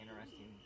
interesting